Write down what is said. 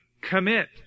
commit